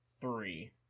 three